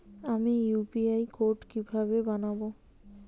আমি UPI code কিভাবে বানাব?